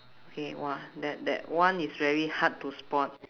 okay !wah! that that one is very hard to spot